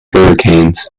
hurricanes